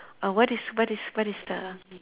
err what is what is what is the